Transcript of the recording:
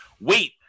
wait